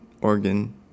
organ